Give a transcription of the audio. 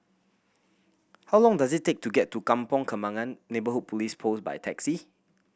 how long does it take to get to Kampong Kembangan Neighbourhood Police Post by taxi